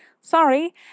Sorry